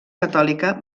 catòlica